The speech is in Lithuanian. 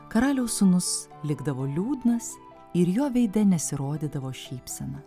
karaliaus sūnus likdavo liūdnas ir jo veide nesirodydavo šypsena